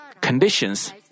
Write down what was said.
conditions